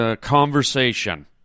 conversation